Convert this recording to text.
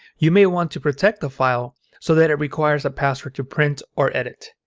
you may want to protect the file so that it requires a password to print or edit.